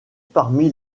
parmi